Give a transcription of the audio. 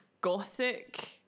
gothic